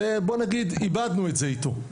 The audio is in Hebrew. שבואו נגיד איבדנו את זה איתו.